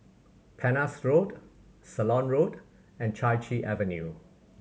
Penhas Road Ceylon Road and Chai Chee Avenue